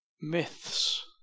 Myths